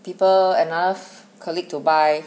people and ask colleague to buy